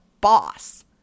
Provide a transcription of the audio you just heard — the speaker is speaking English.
boss